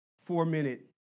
four-minute